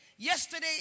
Yesterday